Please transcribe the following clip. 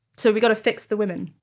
so we've got to fix the women.